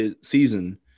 season